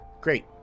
Great